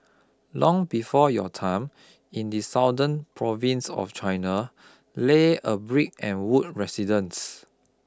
long before your time in the southern province of China lay a brick and wood residence